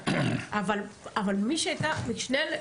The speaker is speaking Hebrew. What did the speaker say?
אבל מי שהייתה משנה לפרקליט?